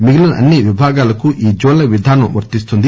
మిగిలిన అన్సి విభాగాలకు ఈ జోన్ల విధానం వర్తిస్తుంది